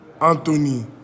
Anthony